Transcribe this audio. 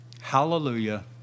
Hallelujah